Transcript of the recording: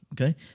okay